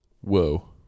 Whoa